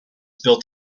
built